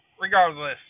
Regardless